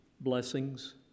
blessings